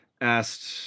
asked